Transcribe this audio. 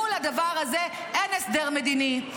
מול הדבר הזה אין הסדר מדיני,